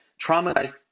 traumatized